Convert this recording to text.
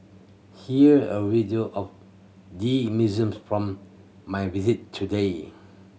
here a video of the museum from my visit today